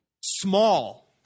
small